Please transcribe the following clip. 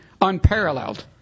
unparalleled